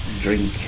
drink